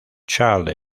charles